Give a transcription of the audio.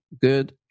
good